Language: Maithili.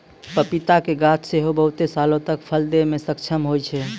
पपीता के गाछ सेहो बहुते सालो तक फल दै मे सक्षम होय छै